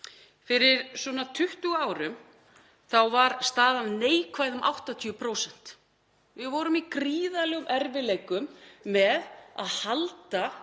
Fyrir svona 20 árum var staðan neikvæð um 80%. Við vorum í gríðarlegum erfiðleikum með að halda